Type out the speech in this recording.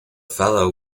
fellow